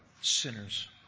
Sinners